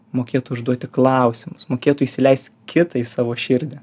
mokėtų užduoti klausimus mokėtų įsileist kitą į savo širdį